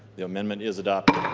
the amendment is adopted.